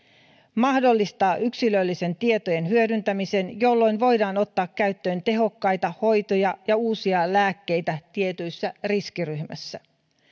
mahdollistaa yksilöllisten tietojen hyödyntämisen jolloin voidaan ottaa käyttöön tehokkaita hoitoja ja uusia lääkkeitä tietyissä riskiryhmissä